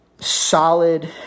solid